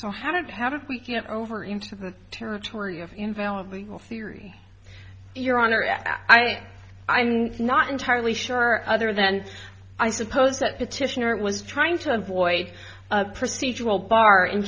so how did how did we get over into the territory of invalid legal theory your honor as i i'm not entirely sure other than i suppose that petitioner was trying to avoid procedural bar in